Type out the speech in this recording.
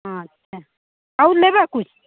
हाँ ठीक है और लेलो कुछ